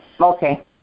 Okay